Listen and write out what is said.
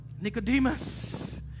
Nicodemus